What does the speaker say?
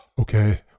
okay